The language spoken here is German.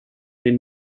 den